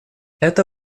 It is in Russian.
это